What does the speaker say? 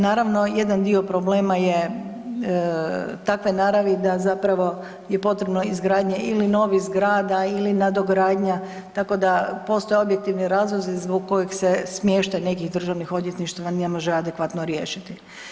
Naravno, jedan dio problema je takve naravi da zapravo je potrebno izgradnja ili novih zgrada ili nadogradnja tako da postoje objektivni razlozi zbog kojih se smještaj nekih Državnih odvjetništva ne može adekvatno riješiti.